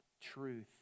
truth